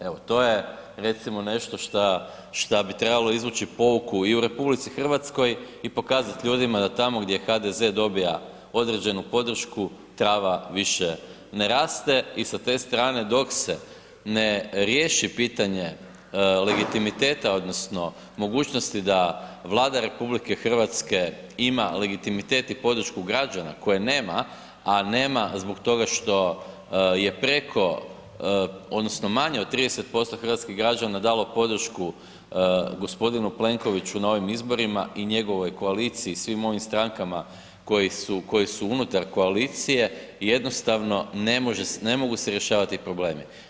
Evo, to je recimo nešto što bi trebalo izvući poruku i u RH i pokazati ljudima da tamo gdje HDZ dobija određenu podršku, trava više ne raste i sa te strane, dok se ne riješi pitanje legitimiteta odnosno mogućnosti da Vlada RH ima legitimitet i podršku građana koje nema, a nema zbog toga što je preko odnosno manje od 30% hrvatskih građana dalo podršku g. Plenkoviću na ovim izborima i njegovoj koaliciji i svim ovim strankama koje su unutar koalicije jednostavno ne mogu se rješavati problemi.